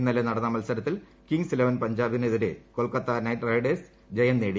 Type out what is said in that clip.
ഇന്നലെ നടന്ന മത്സരത്തിൽ കിംഗ്സ് ഇലവൻ പഞ്ചാബിനെതിരെ കൊൽക്കത്ത നൈറ്റ് റൈഡേഴ്സിന് ജയം നേടി